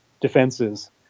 defenses